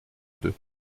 deux